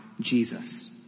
Jesus